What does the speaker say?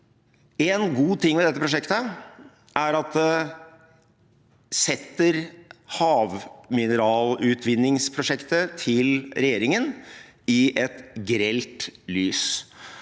En god ting ved dette prosjektet er at det setter havmineralutvinningsprosjektet til regjeringen i et grelt lys.